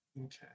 okay